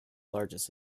largest